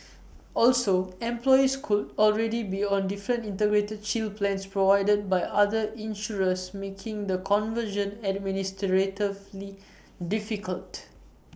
also employees could already be on different integrated shield plans provided by other insurers making the conversion administratively difficult